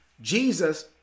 Jesus